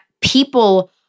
people